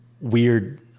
weird